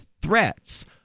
threats